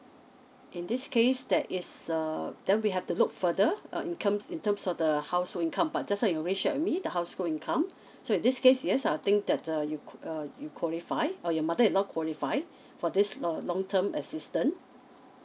in this case that is um then we have to look further err in terms in terms of the household income but just now you already shared with me the household income so in this case yes I'd think that's a you uh you qualify or your mother in law qualify for this err long term assistance